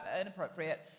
inappropriate